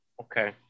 Okay